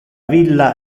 villa